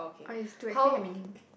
oh it's to explain the meaning